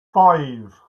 five